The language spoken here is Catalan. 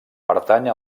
pertany